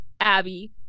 Abby